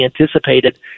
anticipated